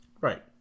right